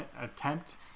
attempt